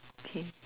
okay